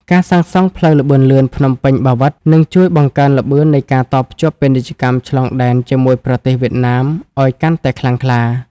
ការសាងសង់ផ្លូវល្បឿនលឿនភ្នំពេញ-បាវិត នឹងជួយបង្កើនល្បឿននៃការតភ្ជាប់ពាណិជ្ជកម្មឆ្លងដែនជាមួយប្រទេសវៀតណាមឱ្យកាន់តែខ្លាំងក្លា។